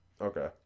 Okay